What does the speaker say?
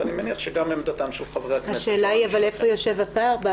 ואני מניח שגם עמדתם של חברי הכנסת --- השאלה היא איפה יושב הפער.